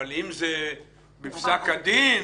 אבל אם זה בפסק הדין,